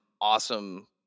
awesome